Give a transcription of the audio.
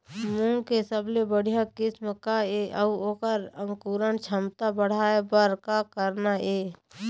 मूंग के सबले बढ़िया किस्म का ये अऊ ओकर अंकुरण क्षमता बढ़ाये बर का करना ये?